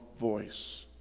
voice